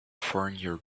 foreigner